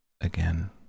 Again